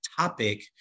topic